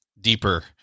deeper